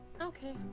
Okay